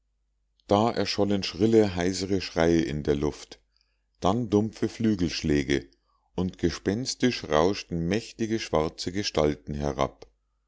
da erschollen schrille heißere schreie in der luft dann dumpfe flügelschläge und gespenstisch rauschten mächtige schwarze gestalten herab